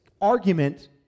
argument